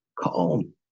Calm